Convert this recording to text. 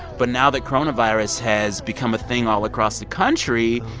but now that coronavirus has become a thing all across the country,